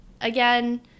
again